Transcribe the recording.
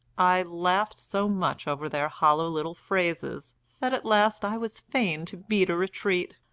i laughed so much over their hollow little phrases that at last i was fain to beat a retreat,